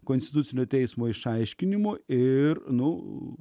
konstitucinio teismo išaiškinimo ir nu